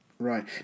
Right